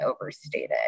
overstated